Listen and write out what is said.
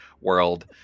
world